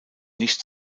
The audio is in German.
nicht